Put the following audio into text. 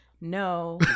No